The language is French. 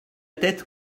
tête